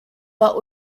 but